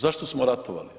Zašto smo ratovali?